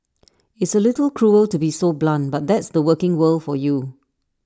it's A little cruel to be so blunt but that's the working world for you